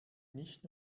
nicht